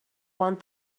want